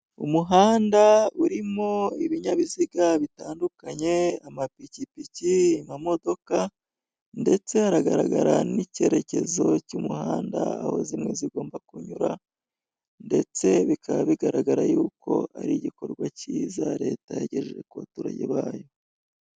Umuhanda urimo ibinyabiziga bitandukanye, amapikipiki, amamodoka ndetse haragaragara n'icyerekezo cy'umuhanda, aho zimwe zigomba kunyura ndetse bikaba bigaragara y'uko ari igikorwa cyiza Leta yagejeje ku baturage bayo.